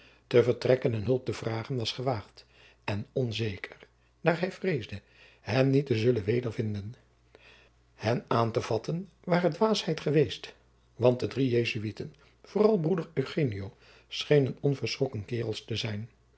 te vertrekken en hulp te vragen was gewaagd en onzeker daar hij vreesde hen niet te zullen wedervinden hen aantevatten ware dwaasheid geweest want de drie jesuiten vooral broeder eugenio schenen onverschrokken kaerels te zijn